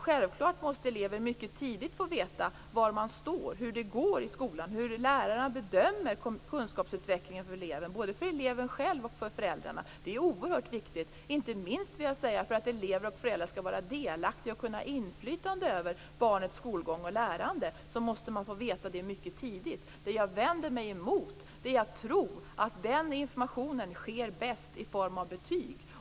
Självklart måste elever mycket tidigt få veta var de står, hur det går i skolan och hur lärarna bedömer deras kunskapsutveckling. Det är viktigt både för eleven själv och för föräldrarna. Det är oerhört viktigt - inte minst, vill jag säga, för att elever och föräldrar skall kunna vara delaktiga och ha inflytande över barnets skolgång och lärande. Då måste man få veta detta mycket tidigt. Det jag vänder mig mot är att tro att den informationen sker bäst i form av betyg.